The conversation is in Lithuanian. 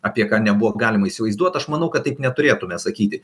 apie ką nebuvo galima įsivaizduoti aš manau kad taip neturėtume sakyti